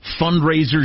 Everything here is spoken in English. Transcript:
fundraisers